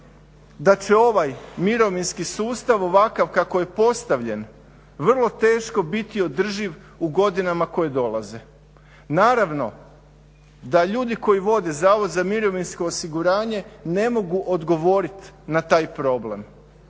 da će ovaj mirovinski sustav ovakav kako je postavljen vrlo teško biti održiv u godinama koje dolaze. Naravno da ljudi koji vode Zavod za mirovinsko osiguranje ne mogu odgovoriti na taj problem.